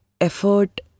effort